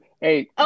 Hey